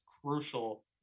crucial